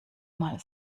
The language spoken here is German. mal